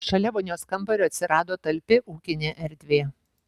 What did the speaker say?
šalia vonios kambario atsirado talpi ūkinė erdvė